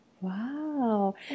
wow